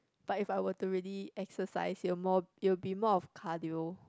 but if I were to really exercise it will more it will be more of cardio